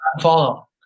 follow